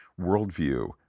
worldview